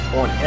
on